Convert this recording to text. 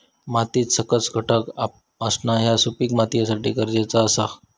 मातीत सकस घटक असणा ह्या सुपीक मातीसाठी गरजेचा आसा